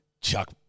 chuck